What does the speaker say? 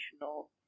emotional